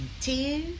two